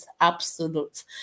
absolute